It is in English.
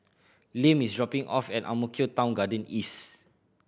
Lim is dropping off at Ang Mo Kio Town Garden East